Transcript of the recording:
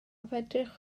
fedrwch